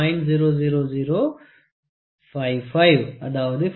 895 - 0